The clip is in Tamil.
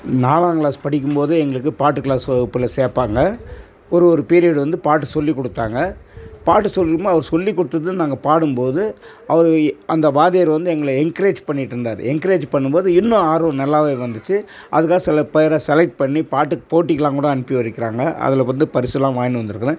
நாலாம் க்ளாஸ் படிக்கும் போதே எங்களுக்கு பாட்டுக் க்ளாஸ் வகுப்பில் சேர்ப்பாங்க ஒரு ஒரு பீரியட் வந்து பாட்டு சொல்லிக் கொடுத்தாங்க பாட்டு சொல்லும்போது அவர் சொல்லிக் கொடுத்தது நாங்கள் பாடும் போது அவர் அந்த வாத்தியார் வந்து எங்களை என்க்ரேஜ் பண்ணிகிட்ருந்தாரு என்க்ரேஜு பண்ணும் போது இன்னும் ஆர்வம் நல்லாவே வந்துச்சு அதுக்காக சில பேரை செலெக்ட் பண்ணி பாட்டுப் போட்டிக்கலாம் கூட அனுப்பி வைக்கிறாங்க அதில் வந்து பரிசெல்லாம் வாங்கின்னு வந்திருக்குறேன்